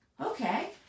Okay